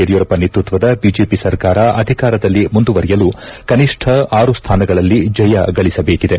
ಯಡಿಯೂರಪ್ಪ ನೇತೃತ್ವದ ಬಿಜೆಪಿ ಸರ್ಕಾರ ಅಧಿಕಾರದಲ್ಲಿ ಮುಂದುವರೆಯಲು ಕನಿಷ್ಠ ಆರು ಸ್ಥಾನಗಳಲ್ಲಿ ಜಯ ಗಳಿಸಬೇಕಿದೆ